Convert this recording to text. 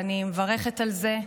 ואני מברכת על זה.